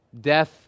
death